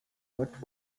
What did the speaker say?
what